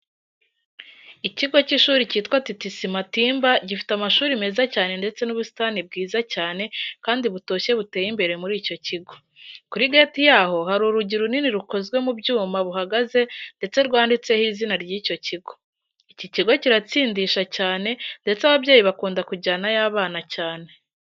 Ikigo cy'ishuri cyitwa TTC Matimba gifite amashuri meza cyane ndetse n'ubusitani bwiza cyane kandi butoshye buteye imbere muri icyo kigo. Kuri gate yaho hari urugi runini rukozwe mu byuma buhagaze ndetse rwanditseho izina ry'icyo kigo. Iki kigo kiratsindisha cyane ndetse ababyeyi bakunda kujyanayo abana cyane.